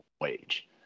wage